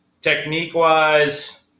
Technique-wise